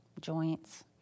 joints